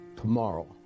tomorrow